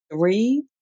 Three